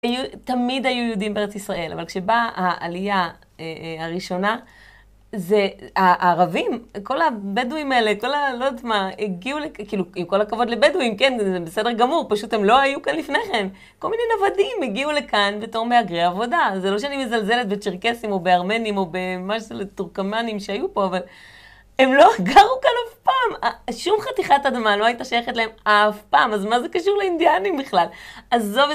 תמיד היו יהודים בארץ ישראל, אבל כשבאה העלייה הראשונה, זה הערבים, כל הבדואים האלה, כל הלא יודעת מה, הגיעו לכאן, כאילו, עם כל הכבוד לבדואים, כן, זה בסדר גמור, פשוט הם לא היו כאן לפני כן. כל מיני נוודים הגיעו לכאן בתור מהגרי עבודה. זה לא שאני מזלזלת בצ'רקסים או בארמנים או במה שזה, לטורקמאנים שהיו פה, אבל הם לא גרו כאן אף פעם. שום חתיכת אדמה לא הייתה שייכת להם אף פעם, אז מה זה קשור לאינדיאנים בכלל?